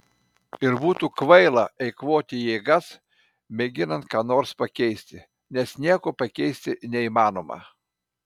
ir būtų kvaila eikvoti jėgas mėginant ką nors pakeisti nes nieko pakeisti neįmanoma